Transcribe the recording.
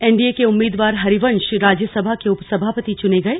NDA के उम्मीदवार हरिवंश राज्यसभा के उपसभापति चुने गए